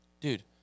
Dude